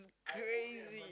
crazy